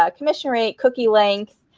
ah commission rate, cookie length.